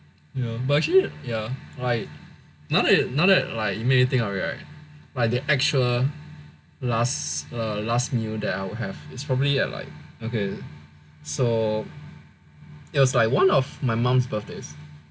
but actually ya like now that now that like you make me think of it right like the actual last uh last meal that I would have is probably at like okay so it was like one of my mom's birthdays